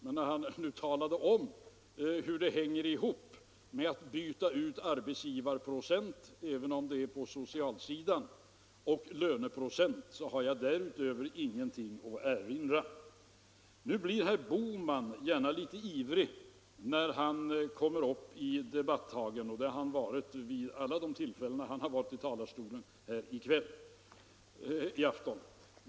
Men när han nu talade om hur det hänger ihop när det gäller att byta ut arbetsgivaravgiftsprocent — även om det är på socialsidan — mot löneprocent, så har jag därutöver ingenting att erinra. Nu blir herr Bohman gärna litet ivrig när han är i debattagen — och det har han varit vid alla de tillfällen då han har stått i talarstolen här i dag.